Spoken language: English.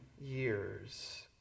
years